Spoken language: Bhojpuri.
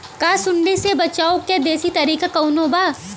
का सूंडी से बचाव क देशी तरीका कवनो बा?